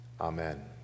Amen